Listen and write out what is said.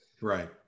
Right